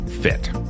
fit